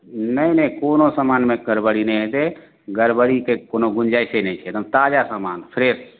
नहि नहि कोनो समानमे गड़बड़ी नहि होयतै गड़बड़ीके कोनो गुंजाइसे नहि छै एकदम ताजा समान फ्रेश